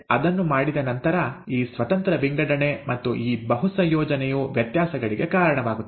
ಅದನ್ನು ಮಾಡಿದ ನಂತರ ಈ ಸ್ವತಂತ್ರ ವಿಂಗಡಣೆ ಮತ್ತು ಈ ಬಹು ಸಂಯೋಜನೆಯು ವ್ಯತ್ಯಾಸಗಳಿಗೆ ಕಾರಣವಾಗುತ್ತದೆ